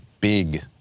big